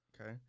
okay